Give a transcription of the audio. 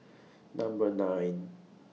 Number nine